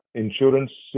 insurance